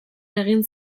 egin